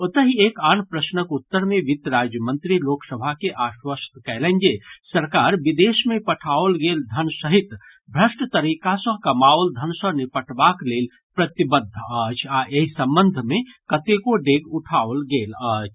ओतहि एक आन प्रश्नक उत्तर मे वित्त राज्य मंत्री लोकसभा के आश्वस्त कयलनि जे सरकार विदेश मे पठाओल गेल धन सहित भ्रष्ट तरीका सँ कमाओल धन सँ निपटबाक लेल प्रतिबद्ध अछि आ एहि संबंध मे कतेको डेग उठाओल गेल अछि